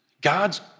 God's